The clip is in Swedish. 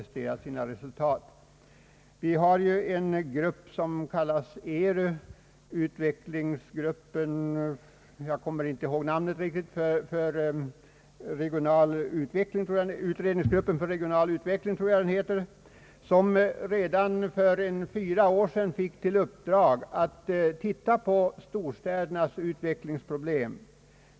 Det finns en arbetsgrupp som kallas för utredningsgruppen för regional utveckling, såvitt jag kommer ihåg, som redan för fyra år sedan fick i uppdrag att undersöka storstädernas utvecklingsproblem.